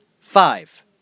five